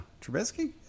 Trubisky